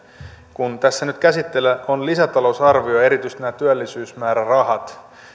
kun tässä nyt käsittelyssä on lisätalousarvio ja erityisesti nämä työllisyysmäärärahat